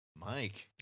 Mike